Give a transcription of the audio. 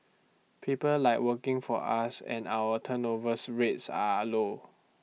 people like working for us and our turnovers rates are low